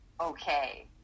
okay